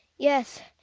yes,